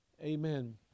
Amen